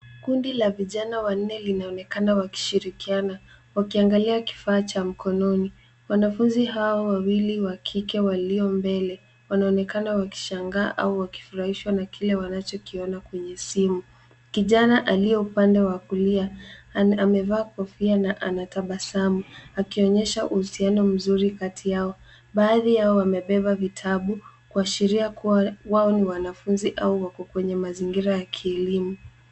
Kundi la vijana wanne linaonekana wakishirikiana, wakiangalia kifaa cha mkononi. Wanafunzi hao wawili wa kike walio mbele wanaonekana wakishangaa au wakifurahishwa na kile wanachokiona kwenye simu. Kijana aliye upande wa kulia amevaa kofia na anatabasamu, akionyesha uhusiano mzuri kati yao. Baadhi yao wamebeba vitabu, kuashiria kuwa wao ni wanafunzi au wako kwenye mazingira ya kielimu.